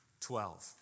Twelve